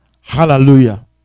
Hallelujah